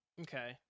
okay